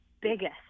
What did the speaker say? biggest